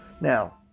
Now